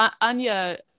Anya